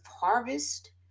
harvest